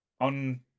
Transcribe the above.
on